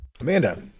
Amanda